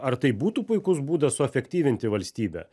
ar tai būtų puikus būdas suefektyvinti valstybę